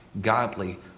godly